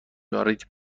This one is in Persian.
دارید